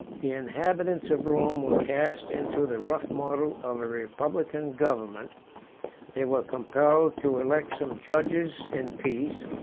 the inhabitants of rome were cast into the rough model of a republican government they were compelled to elect some judges in peace,